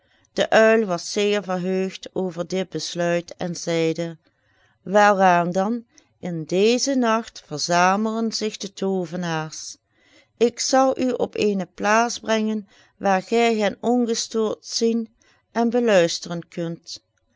de uil was zeer verheugd over dit besluit en zeide welaan dan in dezen nacht verzamelen zich de toovenaars ik zal u op eene plaats brengen waar gij hen ongestoord zien en beluisteren kunt